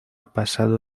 pasado